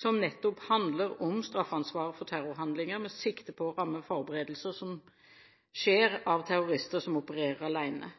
som nettopp handler om straffeansvar for terrorhandlinger, med sikte på å ramme forberedelser som gjøres av terrorister som opererer alene.